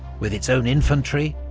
with its own infantry,